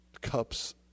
cups